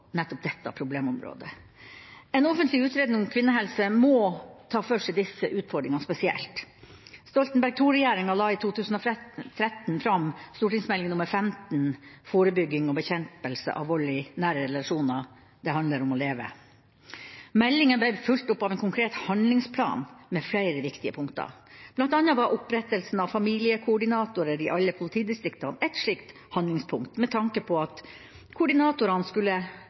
dette problemområdet. En offentlig utredning om kvinnehelse må ta for seg disse utfordringene spesielt. Stoltenberg II-regjeringa la i 2013 fram Meld. St. 15 for 2012–2013, Forebygging og bekjempelse av vold i nære relasjoner. Det handler om å leve. Meldinga ble fulgt opp av en konkret handlingsplan med flere viktige punkter. Blant annet var opprettelsen av familiekoordinatorer i alle politidistrikter et slikt handlingspunkt med tanke på at koordinatorene skulle